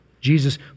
Jesus